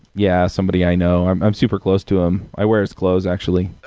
yeah, somebody i know. i'm i'm super close to him. i wear his clothes actually.